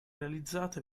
realizzate